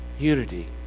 unity